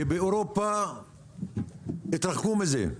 שבאירופה התרחקו מזה.